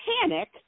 panic